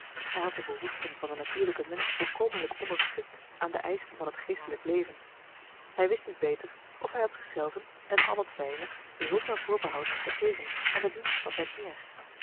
hij had de behoeften van den natuurlijken mensch volkomenlijk onderschikt aan de eischen van het geestelijk leven hij wist niet beter of hij had zich zelven en al het zijne zonder voorbehoud gegeven aan den dienst van zijn heer